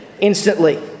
instantly